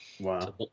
Wow